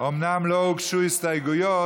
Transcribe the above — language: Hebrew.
אומנם לא הוגשו הסתייגויות,